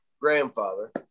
grandfather